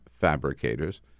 fabricators